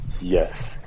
yes